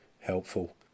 helpful